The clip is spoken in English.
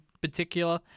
particular